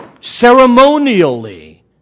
Ceremonially